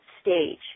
stage